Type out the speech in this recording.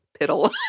piddle